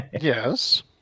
Yes